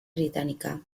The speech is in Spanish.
británica